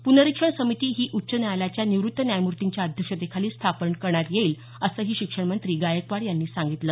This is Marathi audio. पुनरीक्षण समिती ही उच्च न्यायालयाच्या निवृत्त न्यायमूर्तींच्या अध्यक्षतेखाली स्थापन करण्यात येईल असं शिक्षण मंत्री गायकवाड यांनी सांगितलं